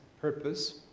purpose